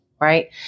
Right